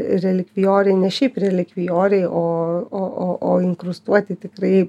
relikvijoriai ne šiaip relikvijoriai o o o o inkrustuoti tikrai